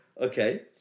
Okay